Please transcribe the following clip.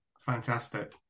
fantastic